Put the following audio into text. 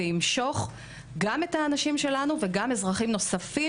ימשוך גם את האנשים שלנו וגם אזרחים נוספים,